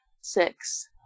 Six